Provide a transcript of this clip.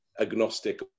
agnostic